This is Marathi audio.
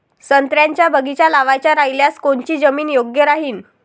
संत्र्याचा बगीचा लावायचा रायल्यास कोनची जमीन योग्य राहीन?